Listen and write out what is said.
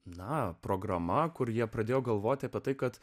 na programa kur jie pradėjo galvoti apie tai kad